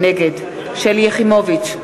נגד שלי יחימוביץ,